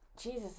Jesus